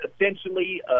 essentially